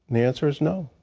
the answer is, no,